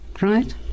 right